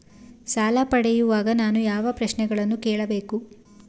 ಸಾಲ ಪಡೆಯುವಾಗ ನಾನು ಯಾವ ಪ್ರಶ್ನೆಗಳನ್ನು ಕೇಳಬೇಕು?